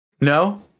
No